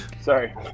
Sorry